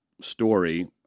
story